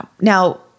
now